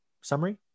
summary